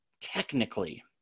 technically